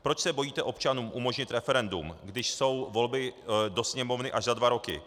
Proč se bojíte občanům umožnit referendum, když jsou volby do Sněmovny až za dva roky?